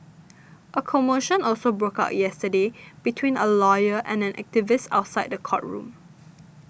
a commotion also broke out yesterday between a lawyer and an activist outside the courtroom